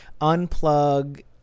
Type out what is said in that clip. unplug